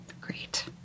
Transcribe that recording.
great